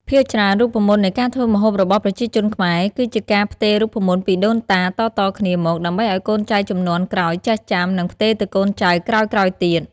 ភាគច្រើនរូបមន្តនៃការធ្វើម្ហូបរបស់ប្រជាជនខ្មែរ គឺជាការផ្ទេររូបមន្តពីដូនតាតៗគ្នាមក ដើម្បីឱ្យកូនចៅជំនាន់ក្រោយចេះចាំ និងផ្ទេរទៅកូនចៅក្រោយៗទៀត។